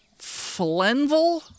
Flenville